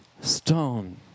stone